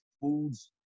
foods